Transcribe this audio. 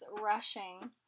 rushing